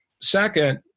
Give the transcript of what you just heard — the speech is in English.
Second